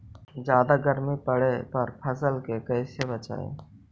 जादा गर्मी पड़े पर फसल के कैसे बचाई?